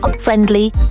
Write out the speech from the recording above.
Friendly